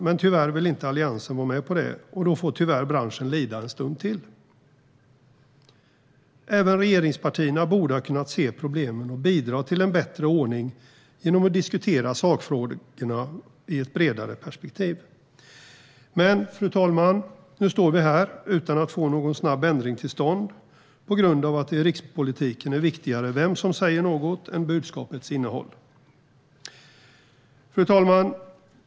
Men tyvärr vill inte Alliansen vara med på det, och då får branschen dessvärre lida en stund till. Även regeringspartierna borde ha kunnat se problemen och bidra till en bättre ordning genom att diskutera sakfrågorna i ett bredare perspektiv. Men, fru talman, nu står vi här utan att få någon snabb ändring till stånd på grund av att det i rikspolitiken är viktigare vem som säger något än budskapets innehåll. Fru talman!